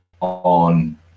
on